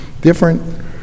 different